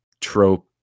trope